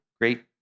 great